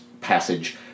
passage